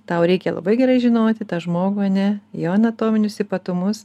tau reikia labai gerai žinoti tą žmogų ane jo anatominius ypatumus